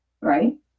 Right